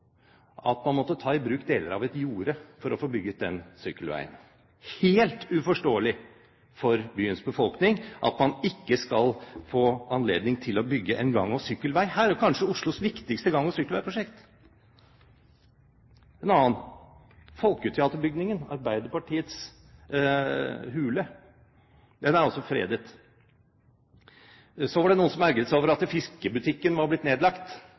at man måtte ta i bruk deler av et jorde for å få bygget den sykkelveien. Det er helt uforståelig for byens befolkning at man ikke skal få anledning til å bygge en gang- og sykkelvei her, kanskje Oslos viktigste gang- og sykkelveiprosjekt. Et annet eksempel: Folketeaterbygningen, Arbeiderpartiets hule, er fredet. Det var noen som ergret seg over at fiskebutikken var blitt nedlagt,